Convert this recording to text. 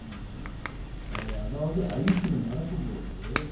அதாவது ஐஸ்ஸில் நடக்கும் போது